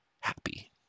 happy